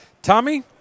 Tommy